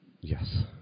yes